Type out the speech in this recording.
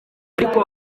ariko